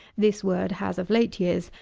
this word has, of late years,